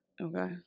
Okay